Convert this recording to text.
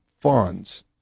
funds